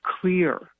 clear